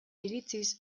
iritziz